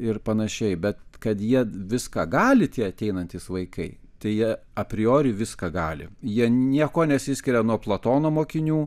ir panašiai bet kad jie viską gali tie ateinantys vaikai tai jie apriori viską gali jie niekuo nesiskiria nuo platono mokinių